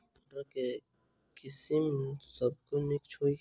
मटर केँ के किसिम सबसँ नीक होइ छै?